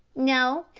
no,